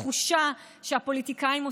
שהחרדים ייעלמו?